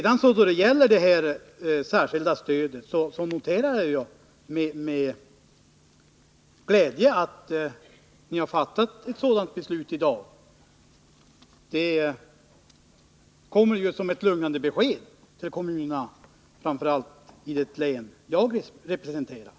Då det gäller det särskilda stödet noterar jag med glädje att regeringen har fattat beslut i det avseendet i dag. Det kommer som ett lugnande besked till kommunerna inte minst i det län som jag representerar.